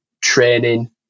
training